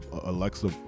alexa